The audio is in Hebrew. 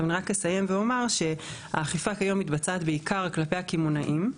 עכשיו אני רק אסיים ואומר שהאכיפה כיום מתבצעת בעיקר כלפי הקמעונאים.